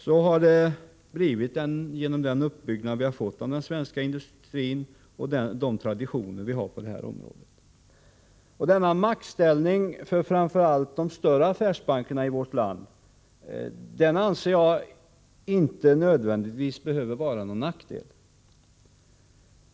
Så har det blivit genom den uppbyggnad vi fått av den svenska industrin och de traditioner vi har på detta område. Denna maktställning för framför allt de större affärsbankerna i vårt land anser jag inte nödvändigtvis behöver vara till någon nackdel.